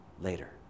later